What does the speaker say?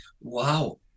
wow